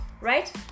right